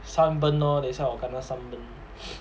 sunburn lor 等下我 kena sunburn